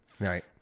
Right